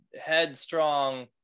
headstrong